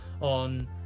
on